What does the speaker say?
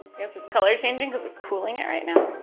it's it's color-changing cause it's cooling it right now.